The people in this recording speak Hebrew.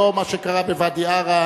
לא מה שקרה בוואדי-עארה,